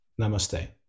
Namaste